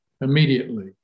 immediately